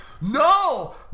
no